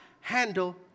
handle